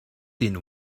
tiene